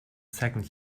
second